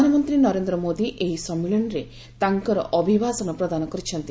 ପ୍ରଧାନମନ୍ତ୍ରୀ ନରେନ୍ଦ୍ ମୋଦୀ ଏହି ସମ୍ମିଳନୀରେ ତାଙ୍କର ଅଭିଭାଷଣ ପ୍ରଦାନ କରିଛନ୍ତି